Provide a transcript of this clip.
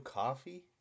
coffee